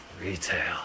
Retail